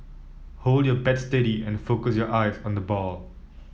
hold your bat steady and focus your eyes on the ball